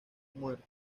muerto